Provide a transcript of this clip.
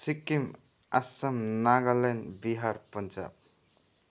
Sikkim Assam Nagaland Bihar Punjab